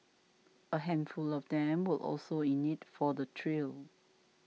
a handful of them were also in it for the thrill